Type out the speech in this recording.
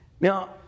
Now